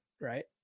right